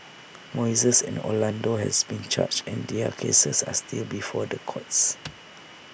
Moises and Orlando have been charged and their cases are still before the courts